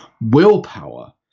willpower